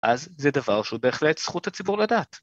אז זה דבר שהוא בהחלט זכות הציבור לדעת.